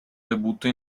debutto